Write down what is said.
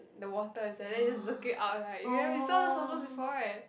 the water is there and then you just it up right yeah we saw those photos before right